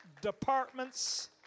departments